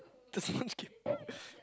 the sponge came